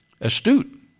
astute